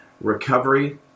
recovery